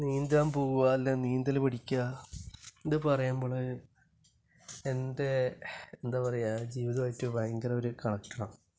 നീന്താൻ പോകുക അല്ലെങ്കിൽ നീന്തല് പഠിക്കുക ഇത് പറയുമ്പോള് എൻ്റെ എന്താ പറയുക ജീവിതവുമായിട്ട് ഭയങ്കര ഒരു കണക്റ്റഡാണ്